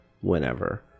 whenever